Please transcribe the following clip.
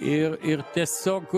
ir ir tiesiog